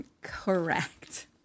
Correct